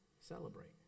celebrate